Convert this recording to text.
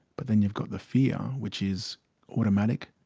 but then you've got the fear which is automatic,